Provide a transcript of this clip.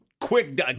quick